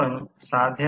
Refer Slide Time 20